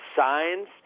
signs